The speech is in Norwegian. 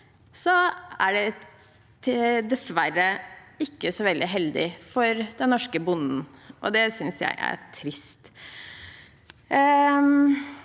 42, er det dessverre ikke så veldig heldig for den norske bonden, og det synes jeg er trist.